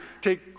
take